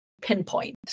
pinpoint